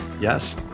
Yes